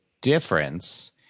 difference